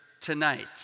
tonight